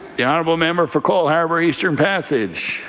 the honourable member for cole harbour eastern passage?